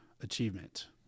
achievement